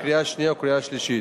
לקריאה שנייה וקריאה שלישית.